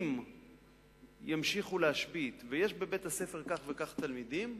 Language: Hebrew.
אם ימשיכו להשבית, ויש בבית-הספר כך וכך תלמידים,